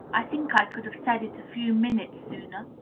i think i could have said it a few minutes sooner.